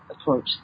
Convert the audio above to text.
approach